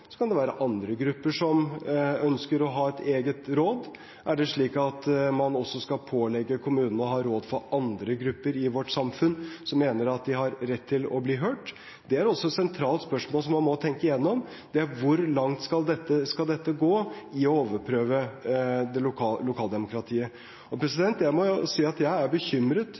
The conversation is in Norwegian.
kommunene å ha råd for andre grupper i vårt samfunn som mener at de har rett til å bli hørt? Et sentralt spørsmål man også må tenke igjennom, er hvor langt man skal gå i å overprøve lokaldemokratiet. Jeg må si at jeg er bekymret for den stadig økende viljen til å overprøve lokaldemokratiet gjennom øremerkede tilskudd, gjennom detaljstyring og